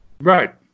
Right